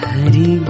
Hari